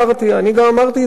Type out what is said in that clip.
אני גם אמרתי את זה קודם.